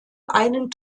einen